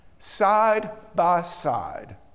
side-by-side